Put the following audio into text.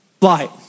light